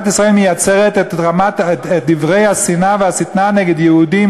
ישראל מייצרת את דברי השנאה והשטנה נגד יהודים